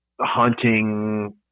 hunting